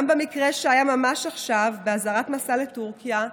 גם במקרה שהיה ממש עכשיו, באזהרת מסע לטורקיה,